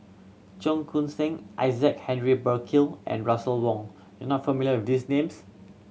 Cheong Koon Seng Isaac Henry Burkill and Russel Wong you are not familiar with these names